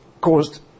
caused